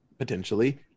potentially